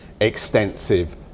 extensive